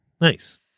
Nice